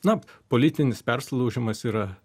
na politinis persilaužimas yra